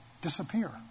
disappear